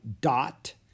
dot